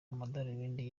amadarubindi